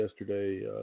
yesterday